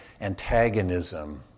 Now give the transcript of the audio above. antagonism